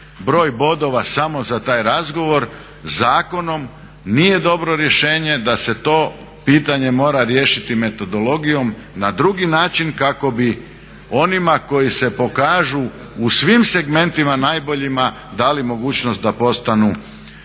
broj bodova samo za taj razgovor zakonom nije dobro rješenje da se to pitanje mora riješiti metodologijom na drugi način kako bi onima koji se pokažu u svim segmentima najboljima dali mogućnost da postanu suci.